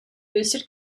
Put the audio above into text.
boosted